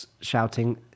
shouting